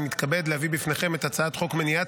אני מתכבד להביא בפניכם את הצעת החוק מניעת